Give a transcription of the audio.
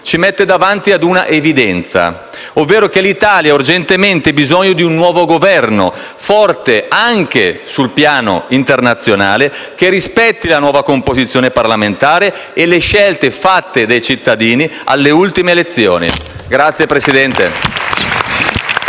meno davanti a un'evidenza, ovvero che l'Italia ha urgentemente bisogno di un nuovo Governo, forte anche sul piano internazionale, che rispetti la nuova composizione parlamentare e le scelte fatte dai cittadini alle ultime elezioni. *(Applausi